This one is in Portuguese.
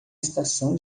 estação